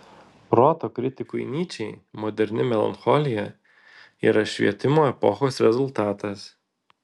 proto kritikui nyčei moderni melancholija yra švietimo epochos rezultatas